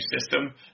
system